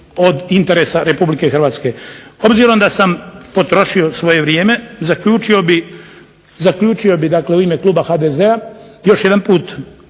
od interesa Republike Hrvatske. Obzirom da sam potrošio svoje vrijeme zaključio bih, dakle u ime kluba HDZ-a još jedanput